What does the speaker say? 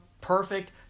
perfect